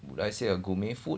would I say a gourmet food